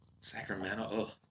Sacramento